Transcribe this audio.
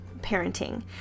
parenting